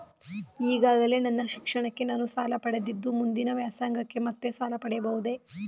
ಈಗಾಗಲೇ ನನ್ನ ಶಿಕ್ಷಣಕ್ಕೆ ನಾನು ಸಾಲ ಪಡೆದಿದ್ದು ಮುಂದಿನ ವ್ಯಾಸಂಗಕ್ಕೆ ಮತ್ತೆ ಸಾಲ ಪಡೆಯಬಹುದೇ?